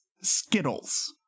Skittles